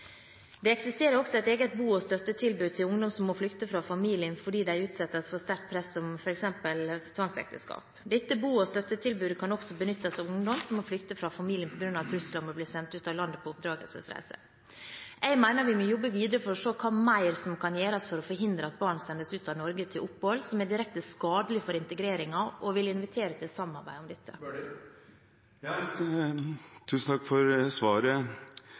Det eksisterer også et eget bo- og støttetilbud til ungdom som må flykte fra familien fordi de utsettes for sterkt press om f.eks. tvangsekteskap. Dette bo- og støttetilbudet kan også benyttes av ungdom som må flykte fra familien på grunn av trusler om å bli sendt ut av landet på oppdragelsesreise. Jeg mener vi må jobbe videre for å se hva mer som kan gjøres for å forhindre at barn sendes ut av Norge til opphold som er direkte skadelig for integreringen, og vil invitere til samarbeid om dette. Tusen takk for svaret.